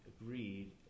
agreed